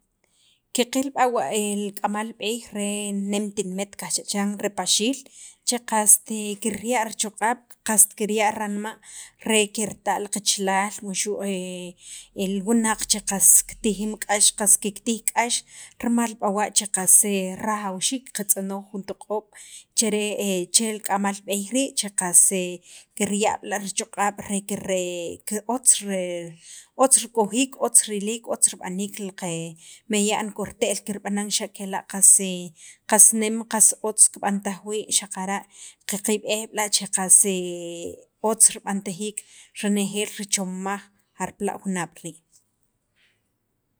kikil b'awa' el k'amaal b'eey re neem tinimiit kaj chachan re paxiil che qas ti kirya richoq'ab' qas kirya ranmaa' re kerta li kachalaal wuxu' wunaq' che qas kitijiim k'ax qas kikitiij k'ax rimaal b'awa che qas rajawxiik ka tz'onooj jun toq'oob' chere chel k'amaal b'eey rii che qas kerya' b'la' richoq'ab' re kire otz' re otz' rikojiik otz' riliik otz' rib'aniik li que meya'an korte'el kirb'anan xa kela qas qas neem qas otz' kib'antaj wii' xaqara' kikiyb'eej b'la' che qas otz' rib'antajiik rinejeel richomimaaj jarpla junaab' rii',